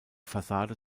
fassade